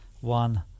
one